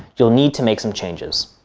you'll need to make some changes.